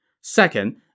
Second